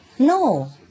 No